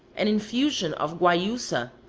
an infusion of guayusa,